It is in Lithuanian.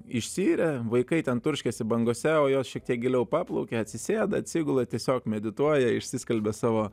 išsiiria vaikai ten turškiasi bangose o jos šiek tiek giliau paplaukia atsisėda atsigula tiesiog medituoja išsiskalbia savo